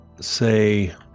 say